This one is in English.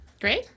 Great